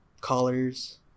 colors